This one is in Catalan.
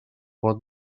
pot